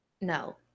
no